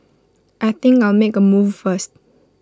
I think I'll make A move first